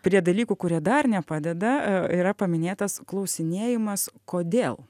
prie dalykų kurie dar nepadeda yra paminėtas klausinėjimas kodėl